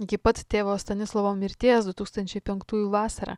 iki pat tėvo stanislovo mirties du tūkstančiai penktųjų vasarą